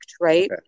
right